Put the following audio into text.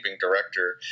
director